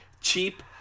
cheap